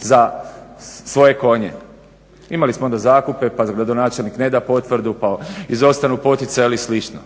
za svoje konje. Imali smo onda zakupe, pa gradonačelnik ne da potvrdu, pa izostanu poticaji ili slično.